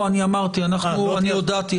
אני הודעתי.